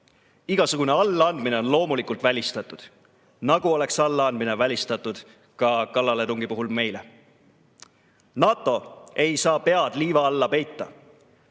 Igasugune allaandmine on loomulikult välistatud, nagu oleks allaandmine välistatud ka kallaletungi puhul meile. NATO ei saa pead liiva alla peita.